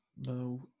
No